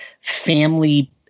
family